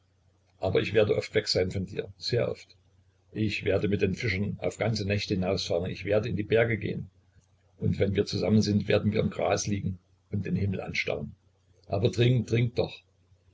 aber ich werde oft weg sein von dir sehr oft ich werde mit den fischern auf ganze nächte hinausfahren ich werde in die berge gehen und wenn wir zusammen sind werden wir im gras liegen und den himmel anstarren aber trink trink doch